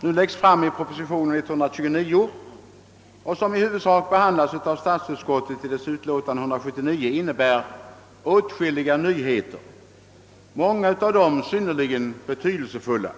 nu läggs fram i proposition 129 och som i huvudsak behandlas av statsutskottet i dess utlåtande nr 179, innebär åtskilliga nyheter. Många av dem är synnerligen betydelsefulla.